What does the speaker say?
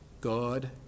God